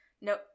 No